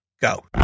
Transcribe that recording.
go